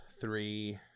three